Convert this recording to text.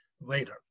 later